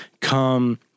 come